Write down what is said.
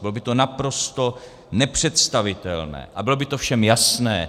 Bylo by to naprosto nepředstavitelné a bylo by to všem jasné.